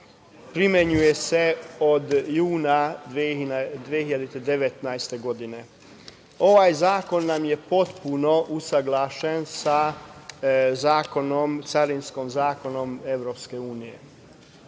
primenjuje se od juna 2019. godine. Ovaj zakon nam je potpuno usaglašen sa Carinskim zakonom EU.